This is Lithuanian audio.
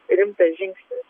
rimtas žingsnis